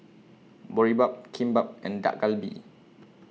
Boribap Kimbap and Dak Galbi